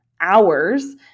hours